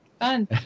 Fun